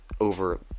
over